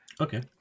Okay